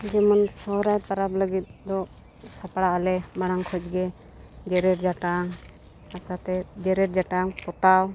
ᱡᱮᱢᱚᱱ ᱥᱚᱦᱨᱟᱭ ᱯᱚᱨᱚᱵᱽ ᱞᱟᱹᱜᱤᱫ ᱫᱚ ᱥᱟᱯᱲᱟᱜ ᱟᱞᱮ ᱢᱟᱲᱟᱝ ᱠᱷᱚᱡ ᱜᱮ ᱡᱮᱨᱮᱲ ᱡᱟᱴᱟᱜ ᱦᱟᱥᱟᱛᱮ ᱡᱮᱨᱮᱲ ᱡᱟᱴᱟ ᱯᱚᱛᱟᱣ